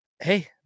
hey